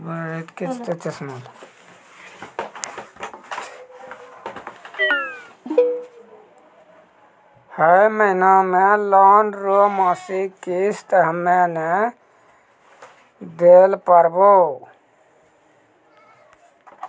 है महिना मे लोन रो मासिक किस्त हम्मे नै दैल पारबौं